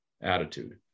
attitude